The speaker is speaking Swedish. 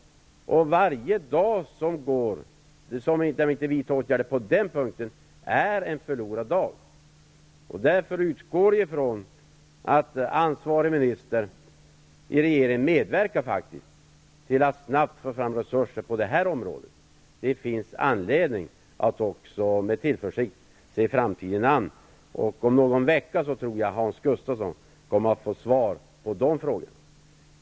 Varje dag som går utan att vi vidtar åtgärder på den punkten är en förlorad dag. Därför utgår jag från att ansvarig minister i regeringen medverkar till att snabbt få fram resurser på det här området. Det finns också anledning att med tillförsikt se framtiden an. Jag tror att Hans Gustafsson om någon vecka kommer att få svar på dessa frågor.